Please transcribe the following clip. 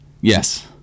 Yes